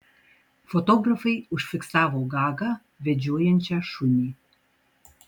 fotografai užfiksavo gagą vedžiojančią šunį